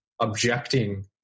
objecting